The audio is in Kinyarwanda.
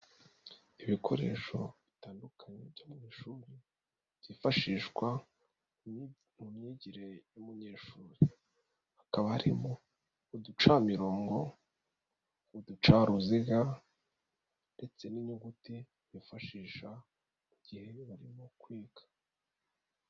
Ibikoresho bitandukanye byo mu ishuri byifashishwa mu myigire y'umunyeshuri hakaba harimo uducamirongo, uducaruziga ndetse n'inyuguti bifashisha mu gihe barimo kwiga.